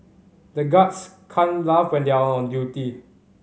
the guards can laugh when they are on duty